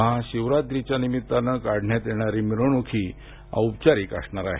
महाशिवरात्रीनिमित्ताने काढण्यात येणारी मिरवणूक औपचारिक असणार हे आहे